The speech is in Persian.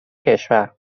کشور